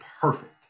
perfect